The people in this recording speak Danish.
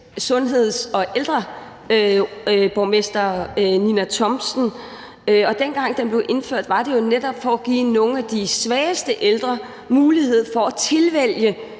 sundheds- og ældreborgmester Nina Thomsen. Og dengang den blev indført, var det jo netop for at give nogle af de svageste ældre mulighed for at tilvælge